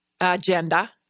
agenda